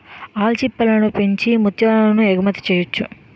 ఆల్చిప్పలను పెంచి ముత్యాలను ఎగుమతి చెయ్యొచ్చు